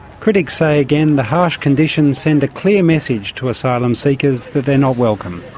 critics say, again, the harsh conditions send a clear message to asylum seekers that they not welcome.